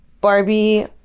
Barbie